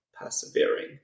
persevering